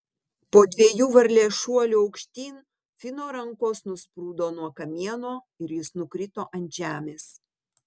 po dviejų varlės šuolių aukštyn fino rankos nusprūdo nuo kamieno ir jis nukrito ant žemės